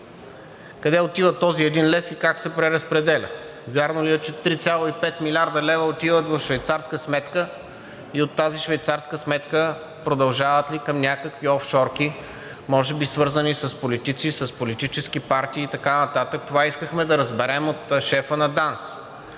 Къде отива този 1 лев и как се преразпределя? Вярно ли е, че 3,5 млрд. лв. отиват в швейцарска сметка и от тази швейцарска сметка продължават ли към някакви офшорки, може би, свързани с политици, с политически партии и т.н.? Това искахме да разберем от шефа на ДАНС.